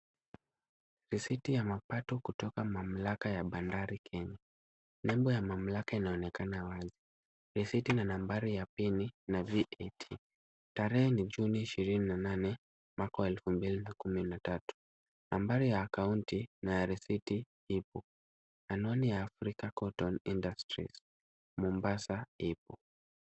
Risiti ya mapato kutoka mamlaka ya Bandari Kenya, nembo ya mamlaka inaonekana wazi, risiti na nambari ya pini na VAT , tarehe ni Juni ishirini na nane, mwaka wa elfu mbili na kumi na tatu, nambari ya akaunti na ya risiti ipo, anwani ya Africa Cotton Industries Mombasa ipo.